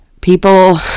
people